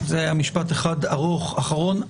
זה היה משפט אחד ארוך אחרון.